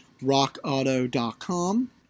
rockauto.com